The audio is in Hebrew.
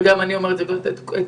וגם אני אומרת את זה,